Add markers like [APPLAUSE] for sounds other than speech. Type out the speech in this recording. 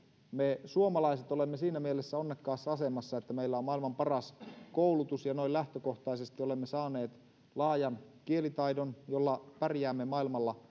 me suomalaiset olemme siinä mielessä onnekkaassa asemassa että meillä on maailman paras koulutus ja noin lähtökohtaisesti olemme saaneet laajan kielitaidon jolla pärjäämme maailmalla [UNINTELLIGIBLE]